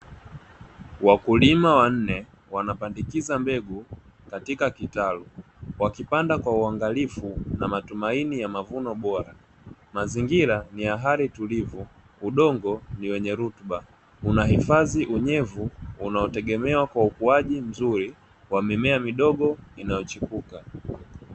Wakulima wanne wanapandikiza mbegu katika kitalu, wakipanda kwa uangalifu na matumaini ya mavuno bora. Mazingira ni ya hali tulivu, udongo ni wenye rutuba, unahifadhi unyevu unaotegemewa kwa ukuaji mzuri wa mimea midogo inayochipuka.